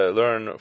learn